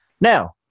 Now